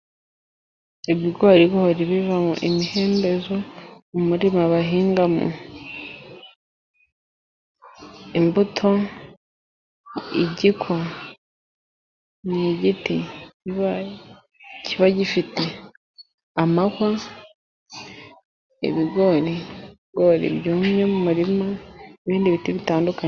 Ibigoriri bivamo imihembezo, umurima bahingamo imbuto, igiko ni igiti kiba gifite amahwa, ibigorigori byumye mu murima ibindi biti bitandukanye.